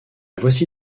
voici